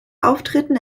auftritten